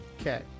Okay